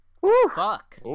Fuck